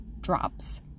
drops